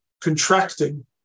contracting